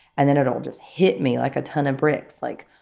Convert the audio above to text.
and then it'll just hit me like a ton of bricks. like,